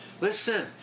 Listen